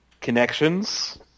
connections